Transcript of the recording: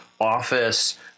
office